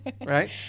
right